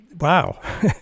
Wow